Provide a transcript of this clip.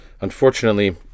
Unfortunately